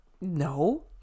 No